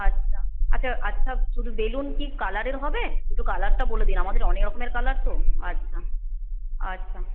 আচ্ছা আচ্ছা আচ্ছা শুধু বেলুন কী কালারের হবে একটু কালারটা বলে দিন আমাদের অনেক রকমের কালার তো আচ্ছা আচ্ছা